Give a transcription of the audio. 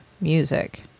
music